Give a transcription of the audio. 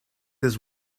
his